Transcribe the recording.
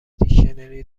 دیکشنری